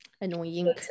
Annoying